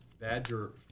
Badger